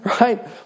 Right